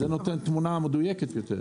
זה נותן תמונה מדויקת יותר.